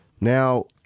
now